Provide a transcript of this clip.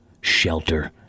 shelter